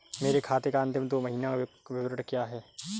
मेरे खाते का अंतिम दो महीने का विवरण क्या है?